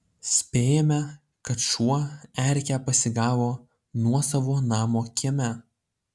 spėjame kad šuo erkę pasigavo nuosavo namo kieme